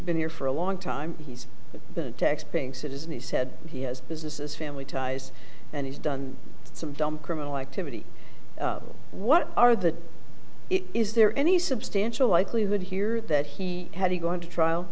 been here for a long time he's taxpaying citizen he said he has businesses family ties and he's done some dumb criminal activity what are the is there any substantial likelihood here that he had he gone to trial